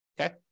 okay